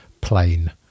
plain